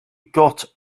got